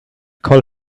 call